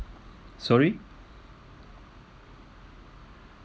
sorry